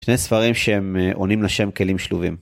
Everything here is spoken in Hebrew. שני ספרים שהם עונים לשם כלים שלובים.